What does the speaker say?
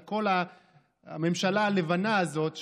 כי כל הממשלה הלבנה הזאת,